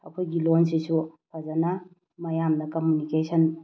ꯑꯩꯈꯣꯏꯒꯤ ꯂꯣꯟꯁꯤꯁꯨ ꯐꯖꯅ ꯃꯌꯥꯝꯅ ꯀꯃꯨꯅꯤꯀꯦꯁꯟ